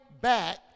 back